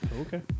Okay